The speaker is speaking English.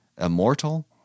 immortal